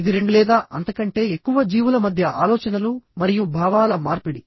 ఇది రెండు లేదా అంతకంటే ఎక్కువ జీవుల మధ్య ఆలోచనలు మరియు భావాల మార్పిడి